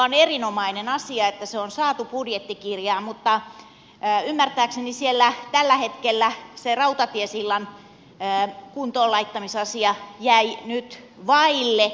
on erinomainen asia että se on saatu budjettikirjaan mutta ymmärtääkseni siellä tällä hetkellä se rautatiesillan kuntoonlaittamisasia jäi nyt vaille